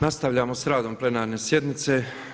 Nastavljamo sa radom plenarne sjednice.